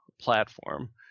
platform